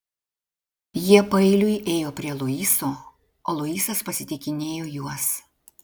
jie paeiliui ėjo prie luiso o luisas pasitikinėjo juos